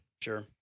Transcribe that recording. Sure